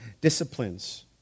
disciplines